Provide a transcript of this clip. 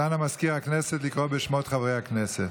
אז אנא, מזכיר הכנסת, לקרוא בשמות חברי הכנסת.